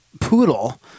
poodle